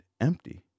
empty